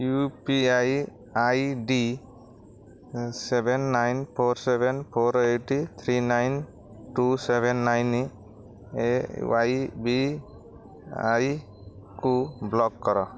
you P I I D seven nine four seven four eight three nine two seven nine ଏୱାଇବିଆଇକୁ block କର